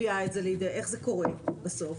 איך זה קורה בסוף?